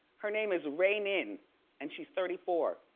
her name is rainin and she's thirty four.